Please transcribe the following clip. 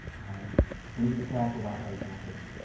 and we need to be careful about those then i think.